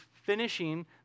Finishing